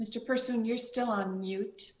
mr person you're still a mute